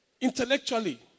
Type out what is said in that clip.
Intellectually